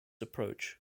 approach